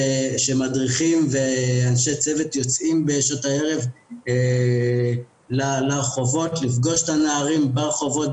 שמדריכים ואנשי צוות יוצאים בשעות הערב לרחובות לפגוש את הנערים ברחובות,